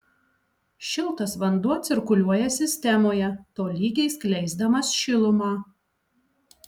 šiltas vanduo cirkuliuoja sistemoje tolygiai skleisdamas šilumą